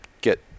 get